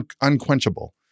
unquenchable